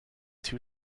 two